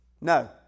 No